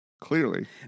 clearly